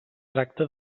tracta